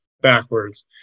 backwards